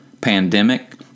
pandemic